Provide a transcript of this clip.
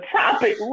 topic